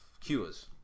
cures